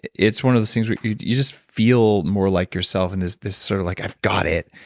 it's one of those things where you you just feel more like yourself, and this this sort of like, i've got it!